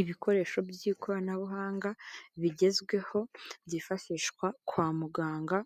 Ibikoresho by'ikoranabuhanga bigezweho, byifashishwa kwa muganga,